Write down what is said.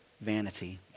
vanity